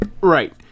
Right